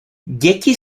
děti